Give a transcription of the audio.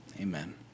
amen